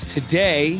today